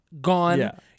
Gone